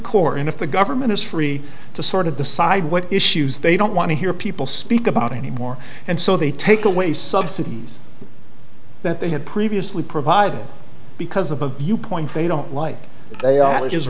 core and if the government is free to sort of decide what issues they don't want to hear people speak about anymore and so they take away subsidies that they had previously provided because of a viewpoint they don't li